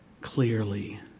clearly